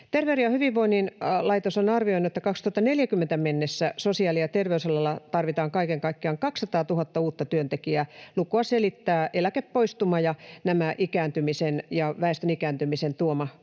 Terveyden ja hyvinvoinnin laitos on arvioinut, että vuoteen 2040 mennessä sosiaali- ja terveysalalla tarvitaan kaiken kaikkiaan 200 000 uutta työntekijää. Lukua selittää eläkepoistuma ja väestön ikääntymisen tuoma